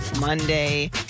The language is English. Monday